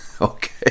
okay